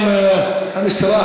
מחבל, לשוטר.